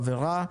חברה,